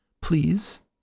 Please